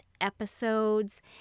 episodes